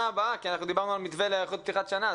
הבאה כי אנחנו דיברנו על מתווה להיערכות פתיחת שנה.